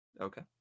Okay